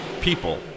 people